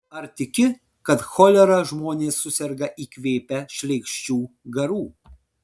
ar tiki kad cholera žmonės suserga įkvėpę šleikščių garų